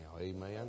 amen